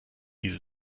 diese